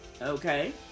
Okay